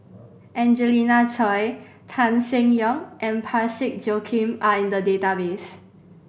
Angelina Choy Tan Seng Yong and Parsick Joaquim are in the database